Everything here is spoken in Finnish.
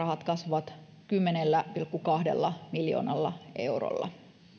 kasvavat kymmenellä pilkku kahdella miljoonalla eurolla